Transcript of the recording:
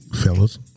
fellas